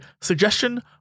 suggestion